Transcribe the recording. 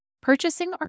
Purchasing